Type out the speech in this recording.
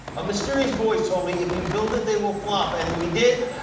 a mysterious voice told me, if you build it, they will flop. and we did,